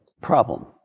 problem